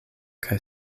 kaj